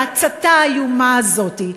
בהצתה האיומה הזאת.